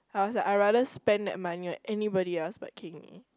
I was like I rather spend that money on anybody else but Keng-Yi